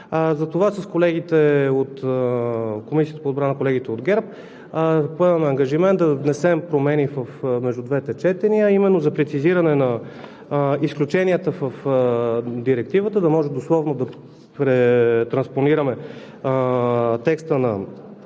от Комисията по отбрана – колегите от ГЕРБ, поемаме ангажимент да внесем промени между двете четения, а именно за прецизиране на изключенията в Директивата, за да може дословно да претранспонираме текста на